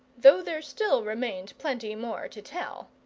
though there still remained plenty more to tell.